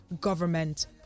government